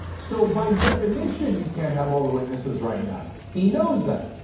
so, by definition, you can't have all the witnesses right now, he knows that,